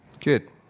Good